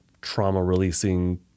trauma-releasing